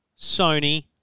Sony